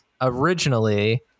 originally